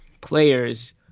players